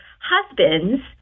husbands